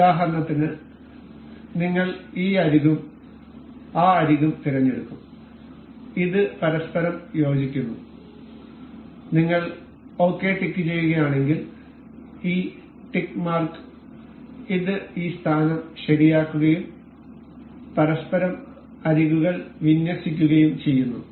ഉദാഹരണത്തിന് നിങ്ങൾ ഈ അരികും ആ അരികും തിരഞ്ഞെടുക്കും ഇത് പരസ്പരം യോജിക്കുന്നു നിങ്ങൾ ശരി ടിക്കുചെയ്യുകയാണെങ്കിൽ ഈ ടിക് മാർക്ക് ഇത് ഈ സ്ഥാനം ശരിയാക്കുകയും പരസ്പരം അരികുകൾ വിന്യസിക്കുകയും ചെയ്യുന്നു